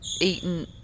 eaten